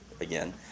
again